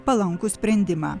palankų sprendimą